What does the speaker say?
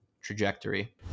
trajectory